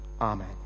Amen